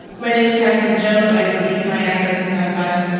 my name is catherine jones, i believe my address is on file.